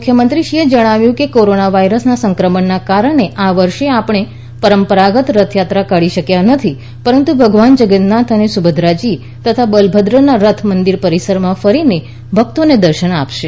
મુખ્યમંત્રીશ્રીએ જણાવ્યું કે કોરોના વાઈરસના સંક્રમણને કારણે આ વર્ષે આપણે પરંપરાગત રથયાત્રા કાઢી શક્યા નથી પરંતુ ભગવાન જગન્નાથ અને સુભક્રાજી તથા બલભદ્રના રથ મંદિર પરિસરમાં ફરીને ભક્તોને દર્શન આપશે